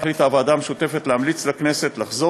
החליטה הוועדה המשותפת להמליץ לכנסת לחזור